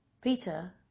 Peter